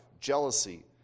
jealousy